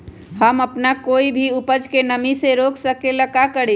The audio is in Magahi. हम अपना कोई भी उपज के नमी से रोके के ले का करी?